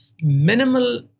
minimal